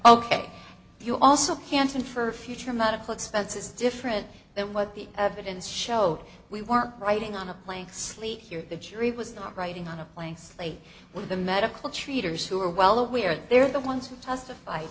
ok you also can't infer future medical expenses different than what the evidence show we weren't writing on a plank sleep here the jury was not writing on a blank slate with the medical treaters who are well aware they're the ones who testif